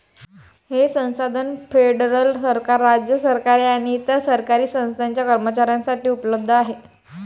हे संसाधन फेडरल सरकार, राज्य सरकारे आणि इतर सरकारी संस्थांच्या कर्मचाऱ्यांसाठी उपलब्ध आहे